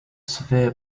severe